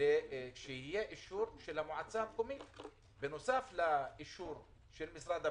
שיהיה אישור של המועצה המקומית או העירייה בנוסף לאישור של משרד הפנים.